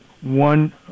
one